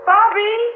Bobby